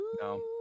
No